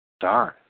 Darn